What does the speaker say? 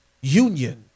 union